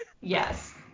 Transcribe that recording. Yes